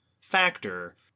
factor